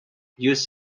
used